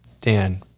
Dan